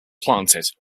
planted